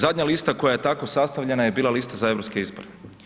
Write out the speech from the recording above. Zadnja lista koja je tako sastavljena je bila lista za Europske izbore.